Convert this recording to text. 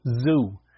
Zoo